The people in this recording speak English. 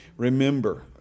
Remember